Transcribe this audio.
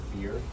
fear